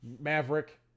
Maverick